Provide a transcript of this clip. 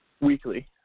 Weekly